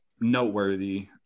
noteworthy